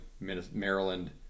Maryland